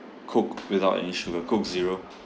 coke without any sugar coke zero